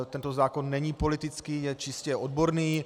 Tento zákon není politický, je čistě odborný.